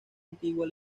antigua